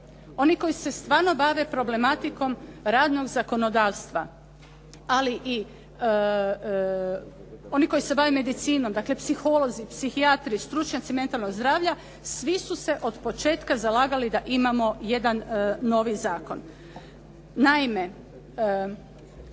oni koji se stvarno bave problematikom radnog zakonodavstva ali i oni koji se bave medicinom, dakle, psiholozi, psihijatri, stručnjaci mentalnog zdravlja svi su se otpočetka zalagali da imamo jedan novi zakon.